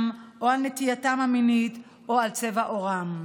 או על נטייתם המינית או על צבע עורם.